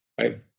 right